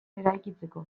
eraikitzeko